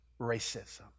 racism